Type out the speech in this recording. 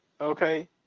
Okay